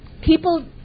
People